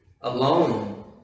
alone